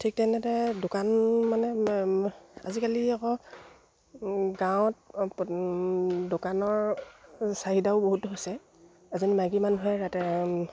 ঠিক তেনেদৰে দোকান মানে আজিকালি আকৌ গাঁৱত দোকানৰ চাহিদাও বহুতো হৈছে এজনী মাইকী মানুহে তাতে